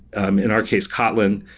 um in our case, kotlin,